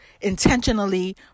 intentionally